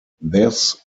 this